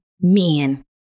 men